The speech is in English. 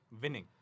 Winning